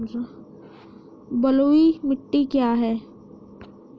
बलुई मिट्टी क्या है?